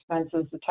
expenses